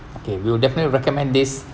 okay we'll definitely recommend this